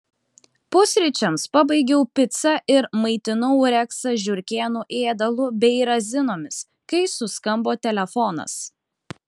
pusryčiams pabaigiau picą ir maitinau reksą žiurkėnų ėdalu bei razinomis kai suskambo telefonas